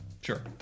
Sure